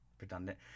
redundant